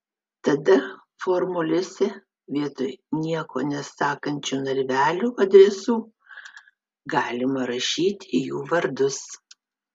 tada formulėse vietoj nieko nesakančių narvelių adresų galima rašyti jų vardus